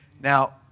Now